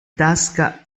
tasca